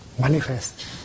manifest